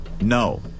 No